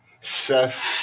Seth